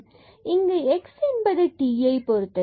இங்கு x என்பது tஐ பொருத்தது